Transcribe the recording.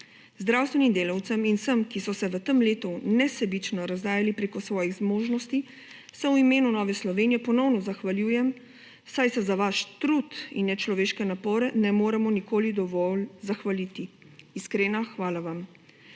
Zdravstvenim delavcem in vsem, ki so se v tem letu nesebično razdajali preko svojih zmožnosti, se v imenu Nove Slovenije ponovno zahvaljujem, saj se za vaš trud in nečloveške napore ne moremo nikoli dovolj zahvaliti. Iskrena hvala vam.